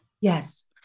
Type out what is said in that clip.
Yes